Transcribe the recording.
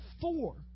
four